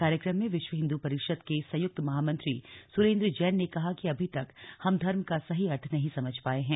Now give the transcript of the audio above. कार्यक्रम में विश्व हिंदू परिषद के संयुक्त महामंत्री सुरेंद्र जैन ने कहा कि अभी तक हम धर्म का सही अर्थ नहीं समझ पाये हैं